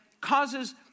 causes